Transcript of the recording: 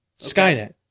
Skynet